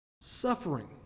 suffering